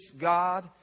God